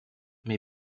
may